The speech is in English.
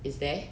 is there